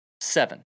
Seven